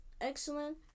excellent